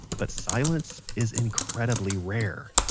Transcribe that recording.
but silence is incredibly rare.